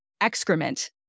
excrement